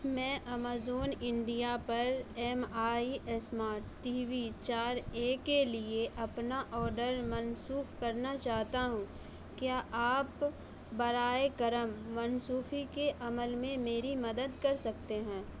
میں Amazon India پر M I smart TV وی چار اے کے لیے اپنا آرڈر منسوخ کرنا چاہتا ہوں کیا آپ برائے کرم منسوخی کے عمل میں میری مدد کر سکتے ہیں